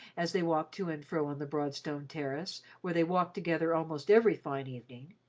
as they walked to and fro on the broad stone terrace, where they walked together almost every fine evening,